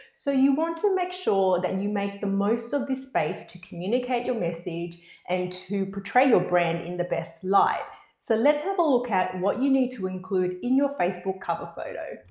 so you want to make sure that you make the most of this space to communicate your message and to portray your brand in the best light. so let's have a look at what you need to include in your facebook cover photo.